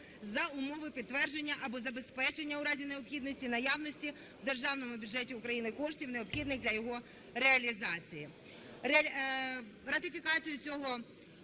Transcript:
за умови підтвердження або забезпечення у разі необхідності і наявності в державному бюджеті України коштів, необхідних для його реалізації.